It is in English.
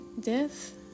death